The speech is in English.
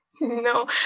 No